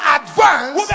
advance